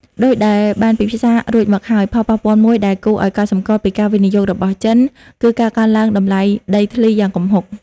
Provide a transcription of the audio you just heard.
ដូចដែលបានពិភាក្សារួចមកហើយ ផលប៉ះពាល់មួយដែលគួរឲ្យកត់សម្គាល់ពីការវិនិយោគរបស់ចិន គឺការកើនឡើងតម្លៃដីធ្លីយ៉ាងគំហុក។